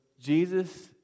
Jesus